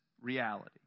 reality